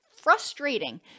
frustrating